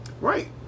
Right